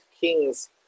kings